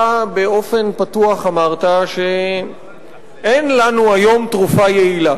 אתה באופן פתוח אמרת שאין לנו היום תרופה יעילה.